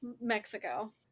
mexico